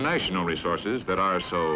national resources that are so